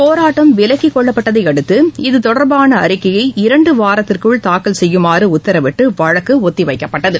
போராட்டம் விலக்கிக்கொள்ளப்பட்டதையடுத்து இத்தொடர்பான அறிக்கையை இரண்டு வாரத்திற்குள் தாக்கல் செய்யுமாறு உத்தரவிட்டு வழக்கு ஒத்திவைக்கப்பட்டது